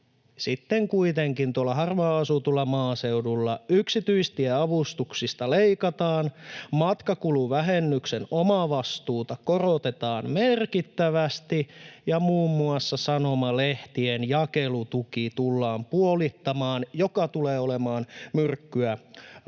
sitten kuitenkin tuolla harvaan asutulla maaseudulla yksityistieavustuksista leikataan, matkakuluvähennyksen omavastuuta korotetaan merkittävästi ja muun muassa sanomalehtien jakelutuki tullaan puolittamaan, mikä tulee olemaan myrkkyä